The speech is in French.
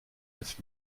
neuf